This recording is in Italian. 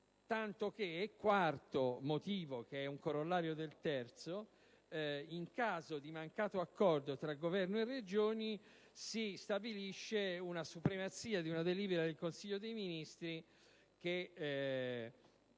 veniamo al quarto motivo, che è un corollario del terzo), in caso di mancato accordo tra Governo e Regioni, si stabilisce la supremazia di una delibera del Consiglio dei ministri che